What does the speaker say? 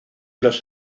los